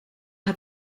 hat